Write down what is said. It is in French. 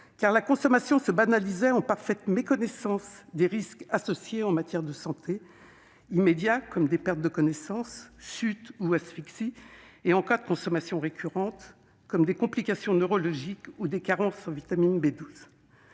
car la consommation se banalisait, en parfaite méconnaissance des risques associés en matière de santé : effets immédiats, comme des pertes de connaissance, chutes ou asphyxies, et, en cas de consommation récurrente, des complications neurologiques ou des carences en vitamine B12.